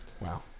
Wow